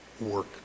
work